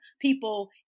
people